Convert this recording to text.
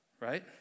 Right